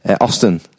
Austin